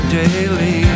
daily